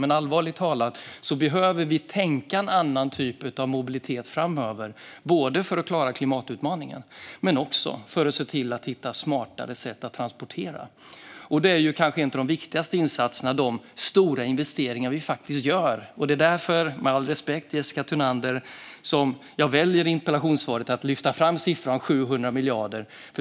Men allvarligt talat behöver vi tänka på en annan typ av mobilitet framöver, både för att klara klimatutmaningen och för att hitta smartare sätt att transportera oss. De stora investeringar vi faktiskt gör är kanske en av de viktigaste insatserna. Det är därför - med all respekt för Jessica Thunander - som jag i interpellationssvaret väljer att lyfta fram siffran 700 miljarder.